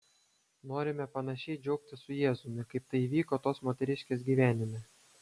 norime panašiai džiaugtis su jėzumi kaip tai įvyko tos moteriškės gyvenime